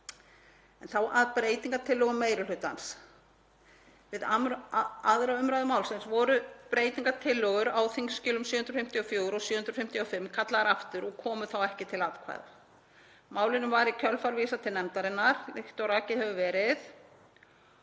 Þá að breytingartillögum meiri hlutans. Við 2. umræðu málsins voru breytingartillögur á þskj. 754 og 755 kallaðar aftur og komu ekki til atkvæða. Málinu var í kjölfar vísað til nefndarinnar líkt og rakið hefur verið